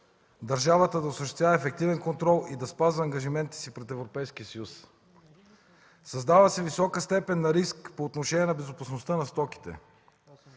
държавата да осъществява ефективен контрол и да спазва ангажиментите си пред Европейския съюз; - създава се висока степен на риск по отношение на безопасността на стоките;